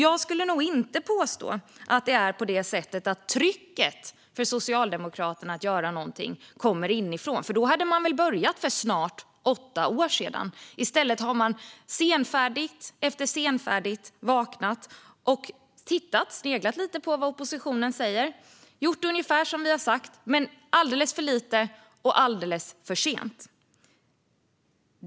Jag skulle därför inte påstå att trycket på Socialdemokraterna att göra någonting kommer inifrån. Då hade man väl börjat för snart åtta år sedan. I stället har man gång på gång senfärdigt vaknat till, sneglat lite på vad oppositionen säger och gjort ungefär som vi har sagt - men alldeles för lite och alldeles för sent.